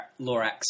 Lorax